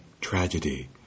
tragedy